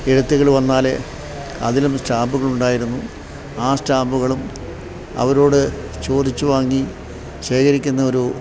എഴുത്തുകള് വന്നാല് അതിലും സ്റ്റാമ്പുകളുണ്ടായിരുന്നു ആ സ്റ്റാമ്പുകളും അവരോട് ചോദിച്ചുവാങ്ങി ശേഖരിക്കുന്ന ഒരു